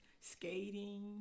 skating